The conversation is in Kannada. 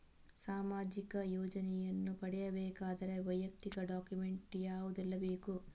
ಸಾಮಾಜಿಕ ಯೋಜನೆಯನ್ನು ಪಡೆಯಬೇಕಾದರೆ ವೈಯಕ್ತಿಕ ಡಾಕ್ಯುಮೆಂಟ್ ಯಾವುದೆಲ್ಲ ಬೇಕು?